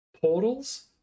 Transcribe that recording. portals